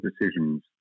decisions